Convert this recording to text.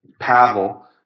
Pavel